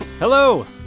Hello